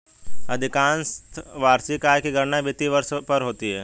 अधिकांशत वार्षिक आय की गणना वित्तीय वर्ष पर होती है